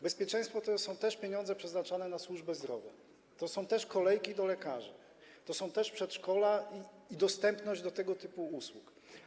Bezpieczeństwo to są też pieniądze przeznaczone na służbę zdrowia, to skrócone kolejki do lekarzy, to przedszkola i dostępność tego typu usług.